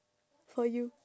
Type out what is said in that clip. for you